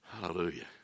Hallelujah